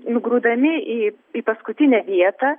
nugrūdami į į paskutinę vietą